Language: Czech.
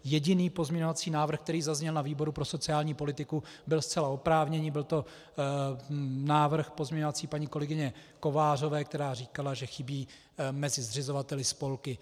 Jediný pozměňovací návrh, který zazněl na výboru pro sociální politiku, byl zcela oprávněný, byl to návrh pozměňovací paní kolegyně Kovářové, která říkala, že chybí mezi zřizovateli spolky.